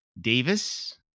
Davis